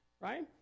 right